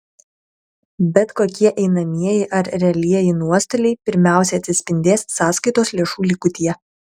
bet kokie einamieji ar realieji nuostoliai pirmiausiai atsispindės sąskaitos lėšų likutyje